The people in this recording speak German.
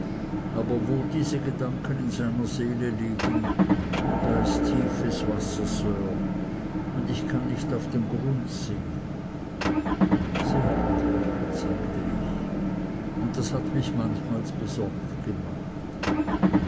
aber wo diese gedanken in seiner seele liegen da ist tiefes wasser sir und ich kann nicht auf den grund sehen sie haben recht sagte ich und das hat mich manchmal besorgt gemacht